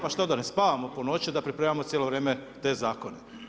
Pa što, da ne spavamo po noći da pripremamo cijelo vrijeme te zakone?